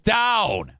down